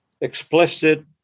Explicit